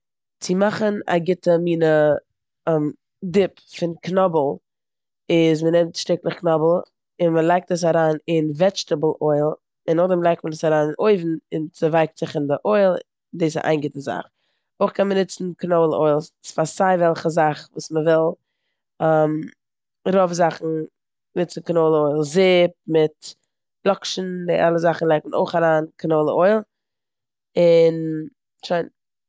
צו מאכן א גוטע מינע דיפ פון קנאבל איז מ'נעמט שטיקלעך קנאבל און מ'לייגט עס אריין אין וועדשטעבל אויל און נאכדעם לייגט מען עס אריין אין אויוון ס'ווייקט זיך אין די אויל. דאס איז איין גוטע זאך. אויך קען מען נוצן קענאלע אויל פאר סיי וועלכע זאך וואס מ'וויל- רוב זאכן נוצט מען קאנאלע אויל. זופ מיט לאקשן, די אלע זאכן לייגט מען אויך אריין קאנאלע אויל און שוין.